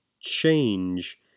change